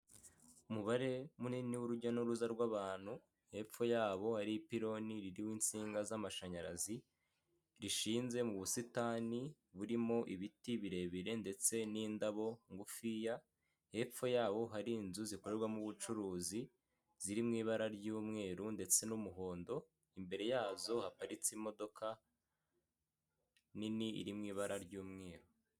Umubare munini w'urujya n'uruza rw'abantu, hepfo yabo hari ipironi ririho insinga z'amashanyarazi, rishinze mu busitani burimo ibiti birebire ndetse n'indabo ngufiya. Hepfo yawo hari inzu zikorerwamo ubucuruzi ziri mu ibara ry'umweru ndetse n'umuhondo, imbere yazo haparitse imodoka nini iri mu ibara ry'umweru.